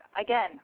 again